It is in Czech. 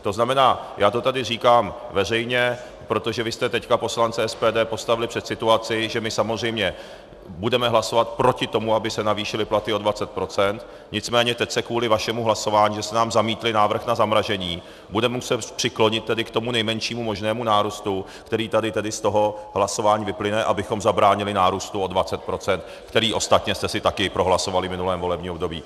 To znamená, já to tady říkám veřejně, protože vy jste teď poslance SPD postavili před situaci, že my samozřejmě budeme hlasovat proti tomu, aby se navýšily platy o 20 %, nicméně teď se kvůli vašemu hlasování, že jste nám zamítli návrh na zamražení, budeme muset přiklonit k tomu nejmenšímu možnému nárůstu, který tady z toho hlasování vyplyne, abychom zabránili nárůstu o 20 %, který ostatně jste si taky prohlasovali v minulém volebním období.